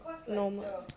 normal